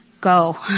Go